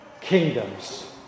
kingdoms